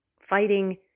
fighting